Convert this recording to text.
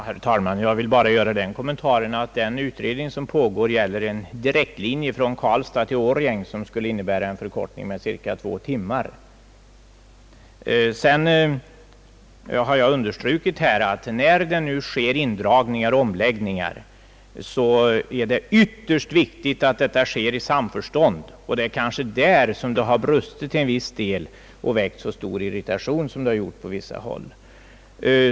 Herr talman! Jag vill bara göra den kommentaren att den utredning som pågår gäller en direktlinje från Karlstad till Årjäng, vilken skulle innebära en förkortning av befordringstiden med cirka två timmar. Jag har velat understryka att när indragningar och omläggningar görs det är ytterst viktigt att detta sker i samförstånd med berörda parter. Där har det brustit till viss del, vilket väckt stor irritation på vissa håll.